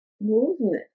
movement